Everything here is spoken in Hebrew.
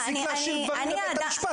תפסיק להשאיר דברים לבית המשפט.